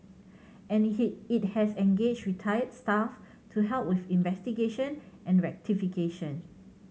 and he it has engaged retired staff to help with investigation and rectification